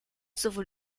sowohl